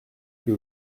que